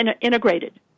integrated